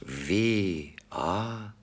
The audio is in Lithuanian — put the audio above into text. vė a